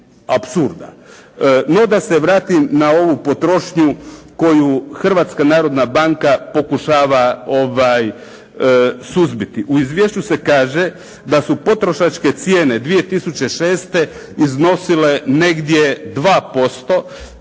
apsurda. No da se vratim na ovu potrošnju koju Hrvatska narodna banka pokušava suzbiti. U izvješću se kaže da su potrošačke cijene 2006. iznosile negdje 2%.